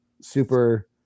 super